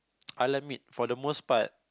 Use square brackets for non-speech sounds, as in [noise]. [noise] I'll admit for the most part